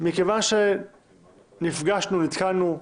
ולצורך כך התכנסנו.